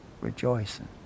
rejoicing